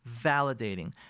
validating